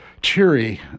Cheery